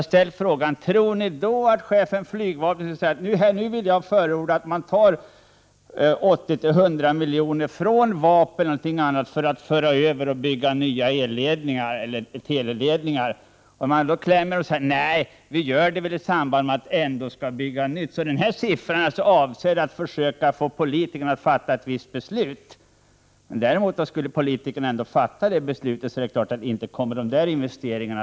Jag skulle då vilja fråga om ni tror att chefen för flygvapnet skulle säga att han vill förorda att man tar 80—100 milj.kr. från vapen och annat för att man skall kunna bygga nya eleller teleledningar. Då heter det nog: Nej, vi gör det väl i samband med att vi ändå skall bygga nytt. De där siffrorna är alltså avsedda för att få politikerna att fatta ett visst beslut. Skulle politikerna ändå fatta beslutet är det klart att investeringarna inte kommer att göras.